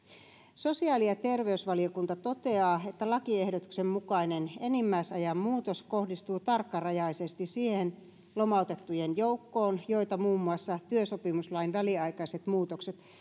sosiaali ja terveysvaliokunta toteaa että lakiehdotuksen mukainen enimmäisajan muutos kohdistuu tarkkarajaisesti siihen lomautettujen joukkoon jota muun muassa työsopimuslain väliaikaiset muutokset